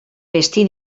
vestit